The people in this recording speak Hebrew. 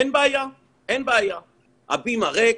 הבימה ריק,